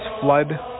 flood